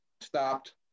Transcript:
stopped